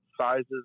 sizes